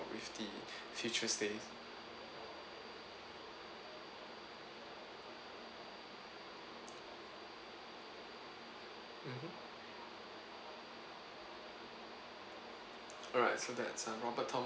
with the future stay mmhmm alright so that is uh robert thomas